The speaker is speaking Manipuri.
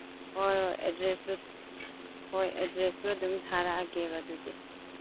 ꯍꯣꯏ ꯍꯣꯏ ꯑꯦꯗ꯭ꯔꯦꯁꯇꯨ ꯍꯣꯏ ꯑꯦꯗ꯭ꯔꯦꯁꯇꯨ ꯑꯗꯨꯝ ꯊꯥꯔꯛꯑꯒꯦꯕ ꯑꯗꯨꯗꯤ